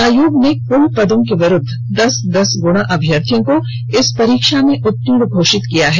आयोग ने कुल पदों के विरुद्ध दस दस गुना अभ्यर्थियों को इस परीक्षा में उत्तीर्ण घोषित किया है